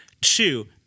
Two